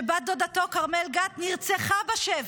שבת דודתו כרמל גת נרצחה בשבי.